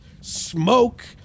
smoke